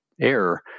air